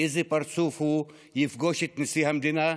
באיזה פרצוף הוא יפגוש את נשיא המדינה,